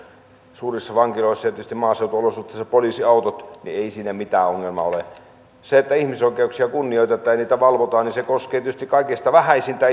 suurissa vankiloissa ja tietysti maaseutuolosuhteissa poliisiautot niin ei siinä mitään ongelmaa ole se että ihmisoikeuksia kunnioitetaan ja niitä valvotaan koskee tietysti kaikista vähäisintä